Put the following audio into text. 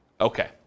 Okay